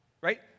right